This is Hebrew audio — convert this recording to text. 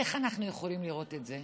איך אנחנו יכולים לראות את זה?